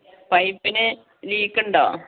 പൈപ്പിന് leak ഉണ്ടോ